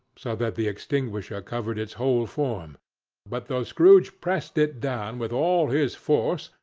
so that the extinguisher covered its whole form but though scrooge pressed it down with all his force,